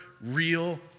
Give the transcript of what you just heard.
real